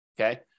Okay